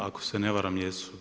Ako se ne varam jesu.